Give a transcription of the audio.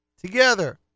Together